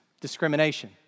discrimination